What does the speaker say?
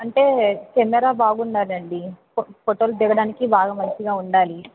అంటే కెమెరా బాగుండాలి అండి ఫో ఫోటోలు దిగడానికి బాగా మంచిగా ఉండాలి